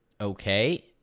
Okay